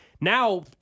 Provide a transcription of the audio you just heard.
Now